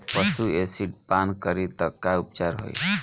पशु एसिड पान करी त का उपचार होई?